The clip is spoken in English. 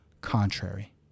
contrary